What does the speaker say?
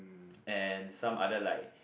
and some other like